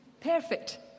Perfect